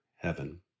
heaven